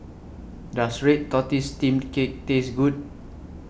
Does Red Tortoise Steamed Cake Taste Good